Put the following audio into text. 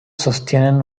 sostienen